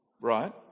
Right